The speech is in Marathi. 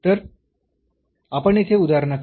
तर आपण येथे उदाहरणाकडे जाऊ